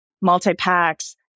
multi-packs